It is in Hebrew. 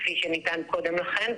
כפי שנטען קודם לכן,